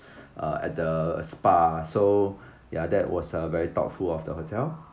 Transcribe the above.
uh at the spa so ya that was a very thoughtful of the hotel